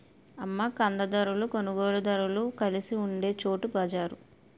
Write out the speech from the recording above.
అమ్మ కందారులు కొనుగోలుదారులు కలిసి ఉండే చోటు బజారు